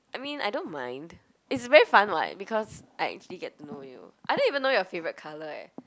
I mean I don't mind it's very fun [what] because I actually get to know you I don't even know your favorite colour eh